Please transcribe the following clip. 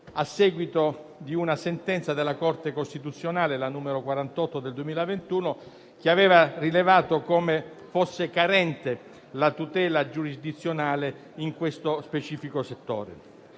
a seguito di una sentenza della Corte costituzionale, la n. 48 del 2021, che aveva rilevato come fosse carente la tutela giurisdizionale in questo specifico settore.